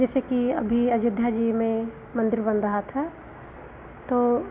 जैसे कि अभी अयोध्या जी में मन्दिर बन रहा था तो